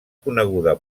coneguda